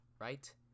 right